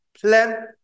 Plan